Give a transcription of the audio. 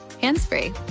hands-free